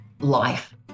life